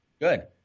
Good